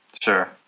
Sure